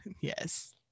Yes